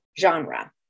genre